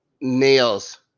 nails